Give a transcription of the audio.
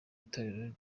itorero